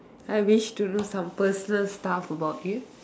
I wish to know some personal stuff about you